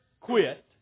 quit